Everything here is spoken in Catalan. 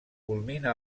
culmina